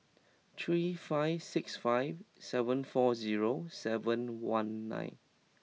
three five six five seven four zero seven one nine